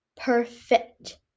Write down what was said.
perfect